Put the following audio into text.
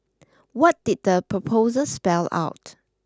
what did the proposal spell out